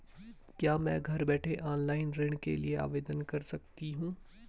क्या मैं घर बैठे ऑनलाइन ऋण के लिए आवेदन कर सकती हूँ?